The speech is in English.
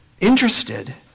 interested